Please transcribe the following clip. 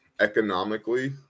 economically